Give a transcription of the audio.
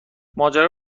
ماجرا